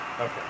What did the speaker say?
Okay